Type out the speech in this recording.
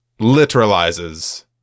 literalizes